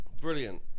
Brilliant